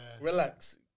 relax